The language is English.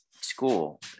school